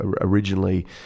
originally